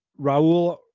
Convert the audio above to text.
raul